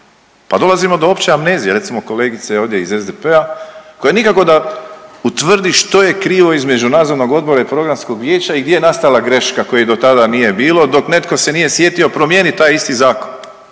Pa dolazimo do opće amnezije, recimo kolegice ovdje iz SPD-a koja nikako da utvrdi što je krivo između Nadzornog odbora i Programskog vijeća i gdje je nastala greška koje do tada nije bilo dok netko se nije sjetio promijenit taj isti zakon